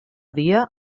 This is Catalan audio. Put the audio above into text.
dia